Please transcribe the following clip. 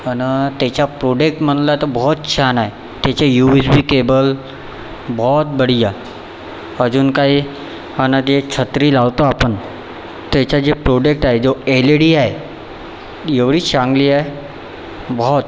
आणि त्याच्या प्रोडक्ट म्हणलं तर बहोत छान आहे त्याचे यू एस बी केबल बहोत बढिया अजून काही आणि ते छत्री लावतो आपण त्याचा जो प्रोडक्ट आहे जो एल ई डी आहे एवढी चांगली आहे बहोत